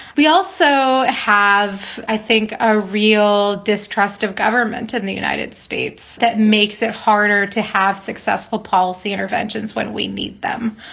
we also have, i think, a real distrust of government and the united states that makes it harder to have successful policy interventions when we need them.